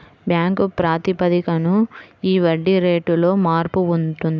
bank ప్రాతిపదికన ఈ వడ్డీ రేటులో మార్పు ఉంటుంది